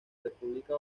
república